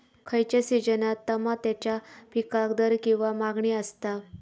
खयच्या सिजनात तमात्याच्या पीकाक दर किंवा मागणी आसता?